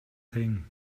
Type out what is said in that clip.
thing